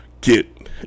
get